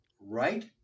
right